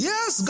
Yes